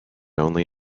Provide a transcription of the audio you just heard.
only